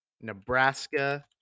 Nebraska